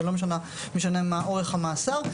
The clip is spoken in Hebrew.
ולא משנה מה אורך המאסר,